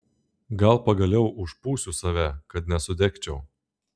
gal pagaliau užpūsiu save kad nesudegčiau